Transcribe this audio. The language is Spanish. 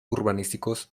urbanísticos